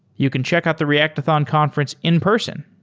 you can check out the reactathon conference in person